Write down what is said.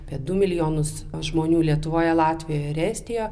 apie du milijonus žmonių lietuvoje latvijoje ir estija